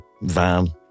van